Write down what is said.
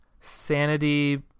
sanity